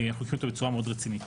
אנחנו לוקחים אותו בצורה מאוד רצינית.